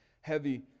heavy